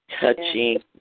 Touching